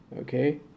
Okay